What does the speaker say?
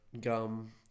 gum